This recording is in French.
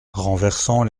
renversant